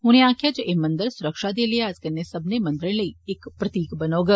उनें आक्खेआ जे ए मंदर सुरक्षा दे लिहाजे कन्नै सब्बनें मंदरें लेई इक प्रतिक बनौग